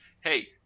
hey